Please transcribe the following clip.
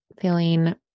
feeling